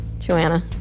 Joanna